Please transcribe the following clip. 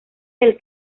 del